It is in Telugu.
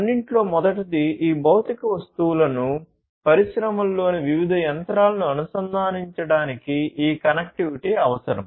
అన్నింటిలో మొదటిది ఈ భౌతిక వస్తువులను పరిశ్రమలలోని వివిధ యంత్రాలను అనుసంధానించడానికి ఈ కనెక్టివిటీ అవసరం